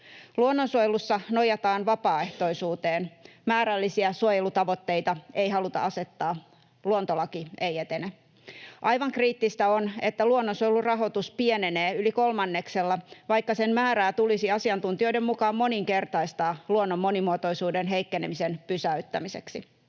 Luonnonsuojelussa nojataan vapaaehtoisuuteen, määrällisiä suojelutavoitteita ei haluta asettaa, luontolaki ei etene. Aivan kriittistä on, että luonnonsuojelun rahoitus pienenee yli kolmanneksella, vaikka sen määrää tulisi asiantuntijoiden mukaan moninkertaistaa luonnon monimuotoisuuden heikkenemisen pysäyttämiseksi.